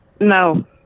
No